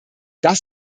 das